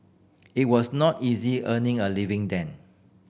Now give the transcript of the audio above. it was not easy earning a living then